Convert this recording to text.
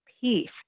peace